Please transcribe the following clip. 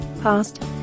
past